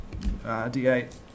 D8